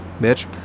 bitch